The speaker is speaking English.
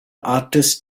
artist